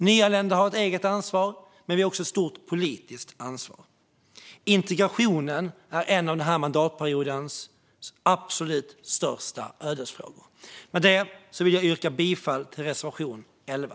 Nyanlända har ett eget ansvar, men vi har också ett stort politiskt ansvar. Integrationen är en av den här mandatperiodens absolut största ödesfrågor. Med det vill jag yrka bifall till reservation 11.